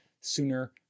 sooner